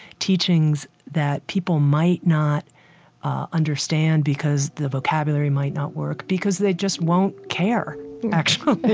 teachings that people might not understand, because the vocabulary might not work, because they just won't care actually.